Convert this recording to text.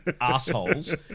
assholes